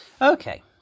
Okay